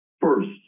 First